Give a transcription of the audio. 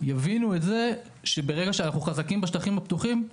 יבינו שברגע שאנחנו חזקים בשטחים הפתוחים,